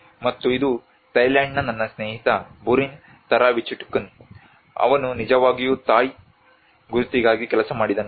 ಮತ್ತು ಇದು ಥೈಲ್ಯಾಂಡ್ನ ನನ್ನ ಸ್ನೇಹಿತ ಬುರಿನ್ ತಾರವಿಚಿಟ್ಕುನ್ ಅವನು ನಿಜವಾಗಿಯೂ ಥಾಯ್ ಗುರುತಿಗಾಗಿ ಕೆಲಸ ಮಾಡಿದನು